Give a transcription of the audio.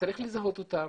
צריך לזהות אותם